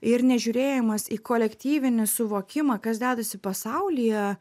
ir nežiūrėjimas į kolektyvinį suvokimą kas dedasi pasaulyje